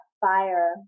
fire